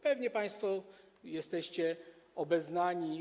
Pewnie państwo jesteście obeznani.